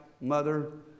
mother